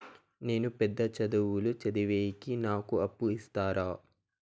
నేను పెద్ద చదువులు చదివేకి నాకు అప్పు ఇస్తారా